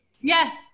Yes